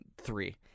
three